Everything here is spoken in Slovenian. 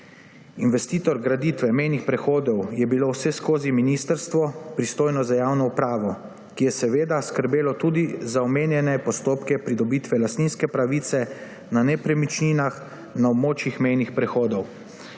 Investitor graditve mejnih prehodov je bilo vseskozi ministrstvo, pristojno za javno upravo, ki je seveda skrbelo tudi za omenjene postopke pridobitve lastninske pravice na nepremičninah na območjih mejnih prehodov.